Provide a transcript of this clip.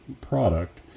product